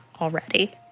already